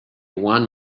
one